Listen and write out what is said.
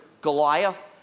Goliath